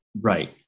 Right